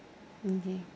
okay